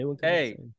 hey